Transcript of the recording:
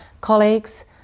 colleagues